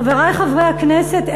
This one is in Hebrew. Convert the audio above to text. חברי חברי הכנסת,